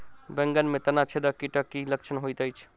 बैंगन मे तना छेदक कीटक की लक्षण होइत अछि?